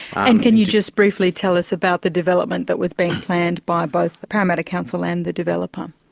and can you just briefly tell us about the development that was being planned by both the parramatta council and the developer?